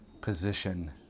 position